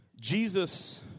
Jesus